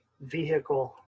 vehicle